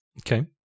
Okay